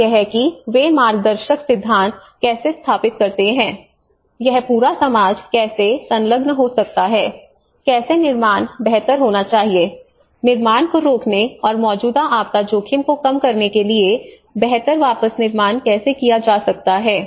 और यह कि वे मार्गदर्शक सिद्धांत कैसे स्थापित करते हैं यह पूरा समाज कैसे संलग्न हो सकता है कैसे निर्माण बेहतर होना चाहिए निर्माण को रोकने और मौजूदा आपदा जोखिम को कम करने के लिए बेहतर वापस निर्माण कैसे किया जा सकता है